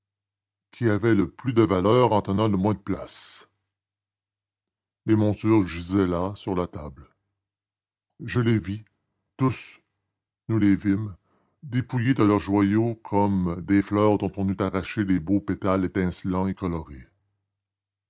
qui avaient le plus de valeur tout en tenant le moins de place les montures gisaient là sur la table je les vis tous nous les vîmes dépouillées de leurs joyaux comme des fleurs dont on eût arraché les beaux pétales étincelants et colorés